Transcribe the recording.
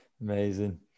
amazing